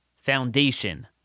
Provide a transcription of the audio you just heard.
foundation